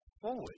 forward